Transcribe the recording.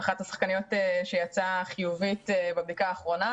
אחת השחקניות שיצאה חיובית בבדיקה האחרונה.